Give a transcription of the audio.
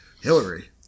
Hillary